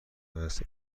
عصر